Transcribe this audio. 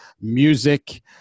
music